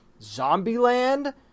Zombieland